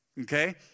Okay